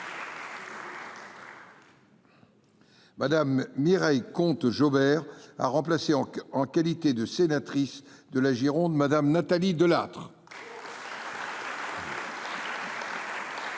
Mme Mireille Conte Jaubert a remplacé, en qualité de sénatrice de la Gironde, Mme Nathalie Delattre, M. Maurice